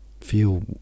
feel